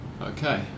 okay